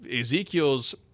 Ezekiel's